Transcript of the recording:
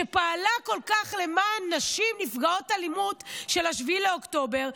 שפעלה כל כך למען נשים נפגעות אלימות של 7 באוקטובר,